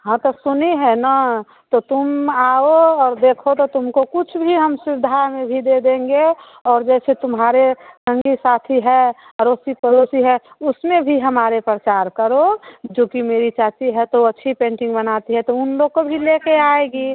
हाँ तो सुने हैं ना तो तुम आओ और देखो तो तुमको कुछ भी हम सुविधा में भी दे देंगे और जैसे तुम्हारे संगी साथी है अड़ोसी पड़ोसी है उसमें भी हमारे प्रचार करो जो कि मेरी चाची है तो ओ अच्छी पेंटिंग बनाती है तो उन लोग को भी ले कर आएगी